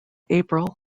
april